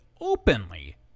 openly